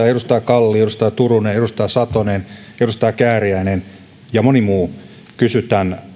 edustaja kalli edustaja turunen edustaja satonen edustaja kääriäinen ja moni muu kysyi